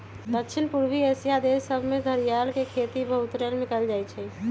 दक्षिण पूर्वी एशिया देश सभमें घरियार के खेती बहुतायत में कएल जाइ छइ